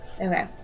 Okay